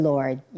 Lord